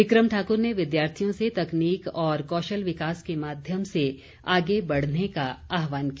बिक्रम ठाकुर ने विद्यार्थियों से तकनीक और कौशल विकास के माध्यम से आगे बढ़ने का आह्वान किया